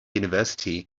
university